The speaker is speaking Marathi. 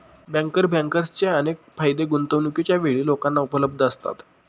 बँकर बँकर्सचे अनेक फायदे गुंतवणूकीच्या वेळी लोकांना उपलब्ध असतात